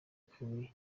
kabiri